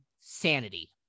sanity